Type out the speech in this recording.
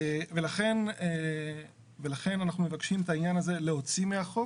לכן אנחנו מבקשים את העניין הזה להוציא מהחוק.